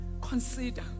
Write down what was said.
consider